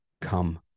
come